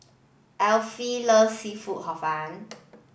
Alfie loves seafood Hor Fun